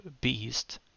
beast